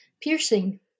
piercing